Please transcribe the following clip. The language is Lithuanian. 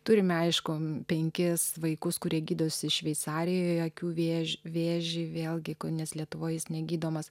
turime aišku penkis vaikus kurie gydosi šveicarijoje akių vėžį vėžį vėlgi nes lietuvoj jis negydomas